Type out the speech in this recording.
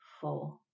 four